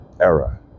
era